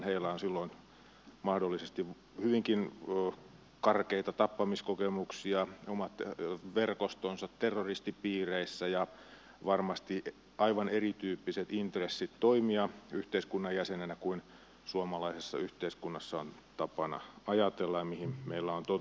heillä on silloin mahdollisesti hyvinkin karkeita tappamiskokemuksia omat verkostonsa terroristipiireissä ja varmasti aivan erityyppiset intressit toimia yhteiskunnan jäseninä kuin suomalaisessa yhteiskunnassa on tapana ajatella ja mihin meillä on totuttu